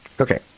Okay